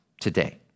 today